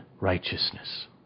righteousness